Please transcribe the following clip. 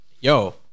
yo